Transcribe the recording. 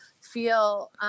feel